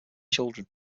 children